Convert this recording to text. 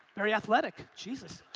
very athletic, jesus.